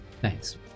Thanks